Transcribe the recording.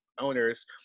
owners